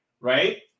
right